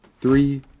Three